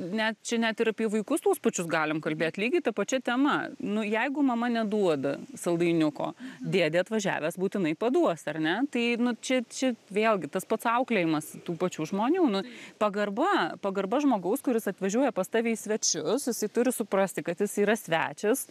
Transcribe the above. net čia net ir apie vaikus tuos pačius galim kalbėt lygiai ta pačia tema nu jeigu mama neduoda saldainiuko dėdė atvažiavęs būtinai paduos ar ne tai nu čia čia vėlgi tas pats auklėjimas tų pačių žmonių nu pagarba pagarba žmogaus kuris atvažiuoja pas tave į svečius jisai turi suprasti kad jis yra svečias